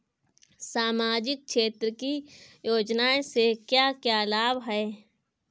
सामाजिक क्षेत्र की योजनाएं से क्या क्या लाभ है?